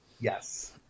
yes